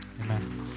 Amen